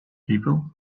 people